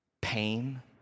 pain